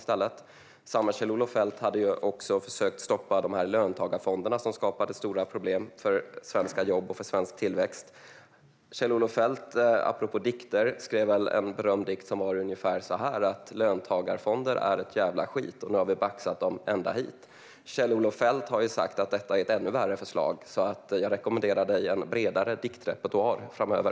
Kjell-Olof Feldt försökte också stoppa löntagarfonderna, som skapade stora problem för svenska jobb och svensk tillväxt. Apropå dikter skrev Kjell-Olof Feldt en berömd dikt som gick så här: Löntagarfonder är ett jävla skit, men nu har vi baxat dem ända hit. Kjell-Olof Feldt har sagt att detta är ett ännu värre förslag, så jag rekommenderar Niklas Karlsson en bredare diktrepertoar framöver.